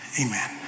Amen